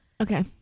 okay